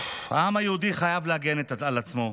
העם היהודי חייב להגן על עצמו,